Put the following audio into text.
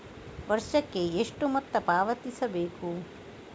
ವರ್ಷಕ್ಕೆ ಎಷ್ಟು ಮೊತ್ತ ಪಾವತಿಸಬೇಕು?